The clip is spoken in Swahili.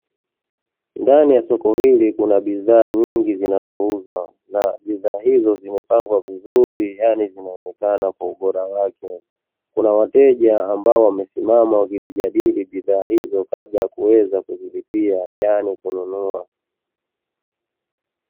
Ndani ya soko hili kuna bidhaa nyingi zinazouzwa na bidhaa hizi zimepangwa vizuri yani zinaonekana kwa ubora wake, kuna wateja ambao wamesimama wakizijadili bidhaa hizo kabla ya kuweza kuzilipia yaani kununua.